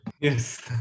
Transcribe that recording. Yes